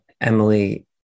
Emily